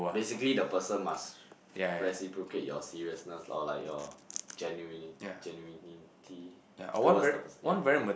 basically the person must reciprocate your seriousness or like your genuini~ genuinity towards the person yeah